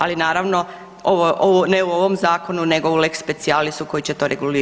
Ali naravno ne u ovom zakonu nego u lex specialisu koji će to regulirati.